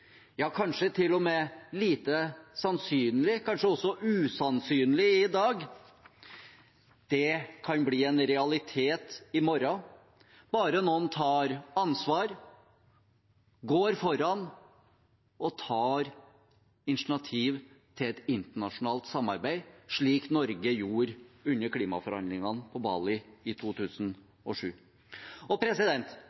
kanskje til og med lite sannsynlig eller usannsynlig, i dag, kan bli en realitet i morgen – bare noen tar ansvar, går foran og tar initiativ til et internasjonalt samarbeid, slik Norge gjorde under klimaforhandlingene på Bali i